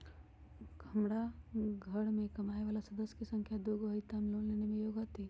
हमार घर मैं कमाए वाला सदस्य की संख्या दुगो हाई त हम लोन लेने में योग्य हती?